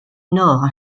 nord